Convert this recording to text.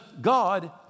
God